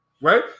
right